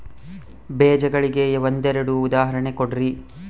ಬೇಜಗಳಿಗೆ ಒಂದೆರಡು ಉದಾಹರಣೆ ಕೊಡ್ರಿ?